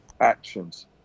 actions